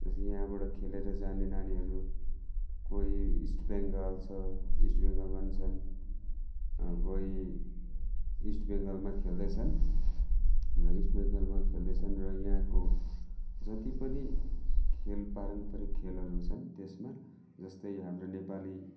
यहाँबाट खेलेर जाने नानीहरू कोही इस्ट बेङ्गाल छ इस्ट बेङ्गालमा पनि छन् कोही इस्ट बेङ्गालमा खेल्दैछन् र इस्ट बेङ्गालमा खेल्दैछन् र यहाँको जति पनि खेल पारम्परिक खेलहरू छन् त्यसमा जस्तै हाम्रो नेपाली